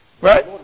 Right